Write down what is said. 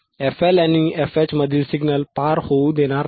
fL आणि fH मधील signal पार होऊ देणार नाही